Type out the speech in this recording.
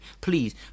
please